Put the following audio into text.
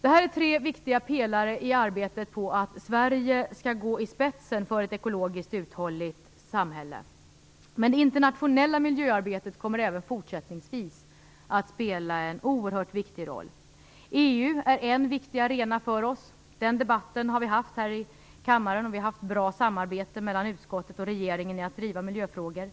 Det här är tre viktiga pelare i arbetet på att Sverige skall gå i spetsen för ett ekologiskt uthålligt samhälle. Men det internationella miljöarbetet kommer även fortsättningsvis att spela en oerhört viktig roll. EU är en viktig arena för oss. Den debatten har vi haft här i kammaren, och vi har haft ett bra samarbete mellan utskottet och regeringen i att driva miljöfrågor.